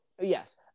Yes